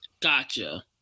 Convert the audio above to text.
gotcha